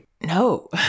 no